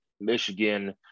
Michigan